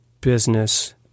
business